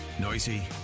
Noisy